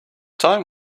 time